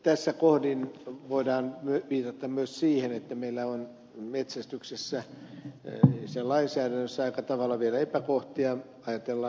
tässä kohdin voidaan viitata myös siihen että meillä on metsästyksessä sen lainsäädännössä aika tavalla vielä epäkohtia